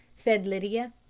said lydia.